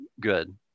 good